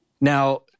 Now